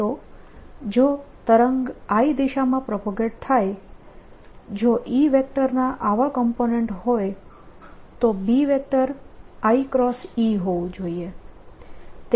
તો જો તરંગ i દિશામાં પ્રોપગેટ થાય જો E વેક્ટરના આવા કોમ્પોનેન્ટ હોય તો B વેક્ટર iE હોવું જોઈએ